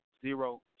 zero